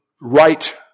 right